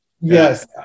Yes